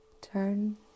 Turn